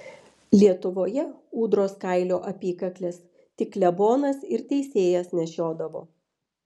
lietuvoje ūdros kailio apykakles tik klebonas ir teisėjas nešiodavo